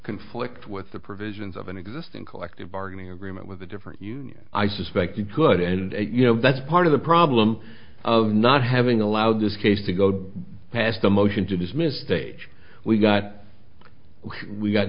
conflict with the provisions of an existing collective bargaining agreement with the different union i suspect you could and you know that's part of the problem of not having allowed this case to go past the motion to dismiss stage we got we got